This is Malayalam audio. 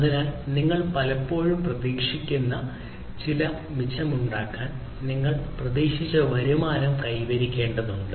അതിനാൽ നിങ്ങൾ പലപ്പോഴും പ്രതീക്ഷിക്കുന്ന ചില മിച്ചമുണ്ടാകാൻ നിങ്ങൾ പ്രതീക്ഷിച്ച വരുമാനവും കൈവരിക്കേണ്ടതുണ്ട്